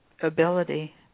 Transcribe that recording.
ability